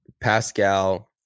Pascal